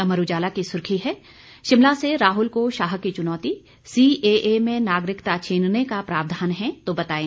अमर उजाला की सुर्खी है शिमला से राहुल को शाह की चुनौती सीएए में नागरिकता छीनने का प्रावधान है तो बताएं